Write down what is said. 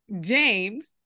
James